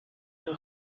too